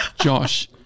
Josh